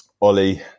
Ollie